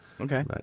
Okay